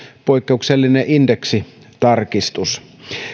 poikkeuksellinen indeksitarkistus